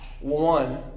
One